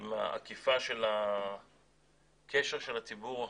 עם העקיפה של הקשר של הציבור בו,